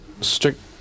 strict